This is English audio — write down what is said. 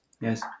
yes